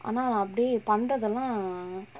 ஆனா அப்புடி பண்றதுல:aanaa appudi pandrathula